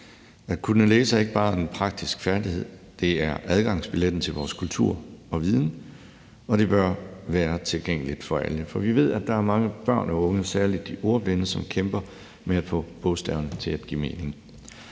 At kunne læse er ikke bare en praktisk færdighed; det er adgangsbilletten til vores kultur og viden, og det bør være tilgængeligt for alle. For vi ved, at der er mange børn og unge, særlig de ordblinde, som kæmper med at få bogstaverne til at give mening.